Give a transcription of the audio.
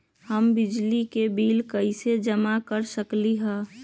हम बिजली के बिल कईसे जमा कर सकली ह?